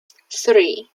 three